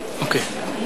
נתקבלו.